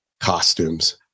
costumes